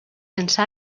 sense